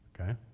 Okay